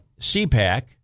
CPAC